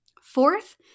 Fourth